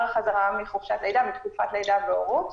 החזרה מחופשת הלידה מתקופת לידה והורות.